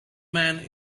man